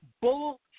bullshit